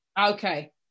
Okay